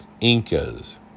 Incas